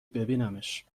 ببینمش